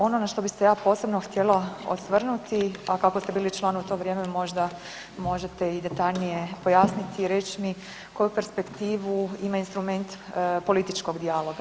Ono na što bi se ja posebno htjela osvrnuti, a kako ste bili član u to vrijeme, možda možete i detaljnije pojasniti i reći mi koju perspektivu ima instrument političkog dijaloga?